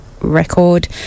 record